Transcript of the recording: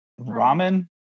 ramen